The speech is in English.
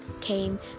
came